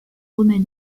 remède